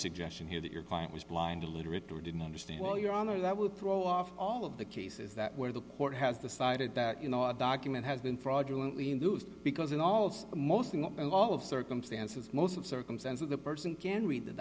suggestion here that your client was blind illiterate or didn't understand well your honor that would throw off all of the cases that were the court has decided that document has been fraudulently induced because in all its most all of circumstances most of circumstances the person can read the